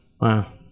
Wow